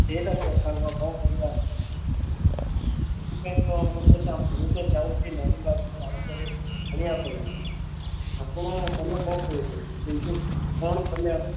ସେଇଟା ତ କ'ଣ କରିବା ସେଥିପାଇଁ ତ ମୁଁ ବି ଚାହୁଁ ମୁଁ ତ ଚାଁହୁଛି ନବୀନ ବାବୁଙ୍କୁ ଆଉ ଥରେ ଆଣିବା ପାଇଁ ଆପଣ ତୁମେ କ'ଣ କହୁଛନ୍ତି କିନ୍ତୁ କ'ଣ କଲେ ହେବ